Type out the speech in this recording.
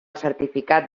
certificat